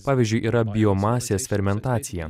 pavyzdžiui yra biomasės fermentacija